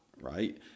right